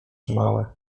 małe